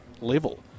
level